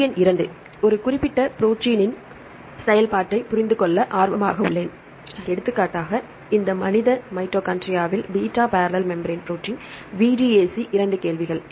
கேள்வி எண் 2 ஒரு குறிப்பிட்ட ப்ரோடீனின் செயல்பாட்டைப் புரிந்து கொள்ள ஆர்வமாக உள்ளேன் எடுத்துக்காட்டாக இந்த மனித mitochondrial beta barrel membrane protein VDAC இரண்டு கேள்விகள்